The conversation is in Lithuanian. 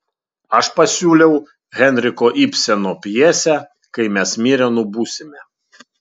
aš pasiūliau henriko ibseno pjesę kai mes mirę nubusime